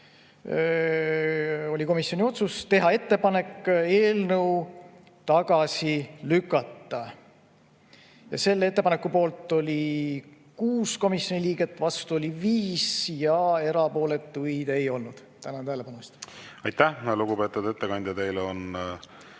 oli komisjoni otsus teha ettepanek eelnõu tagasi lükata. Selle ettepaneku poolt oli 6 komisjoni liiget, vastu oli 5 ja erapooletuid ei olnud. Tänan tähelepanu eest. Aitäh, lugupeetud ettekandja! Teile on